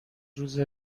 روزه